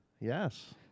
Yes